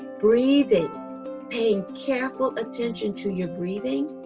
breathing paying careful attention to your breathing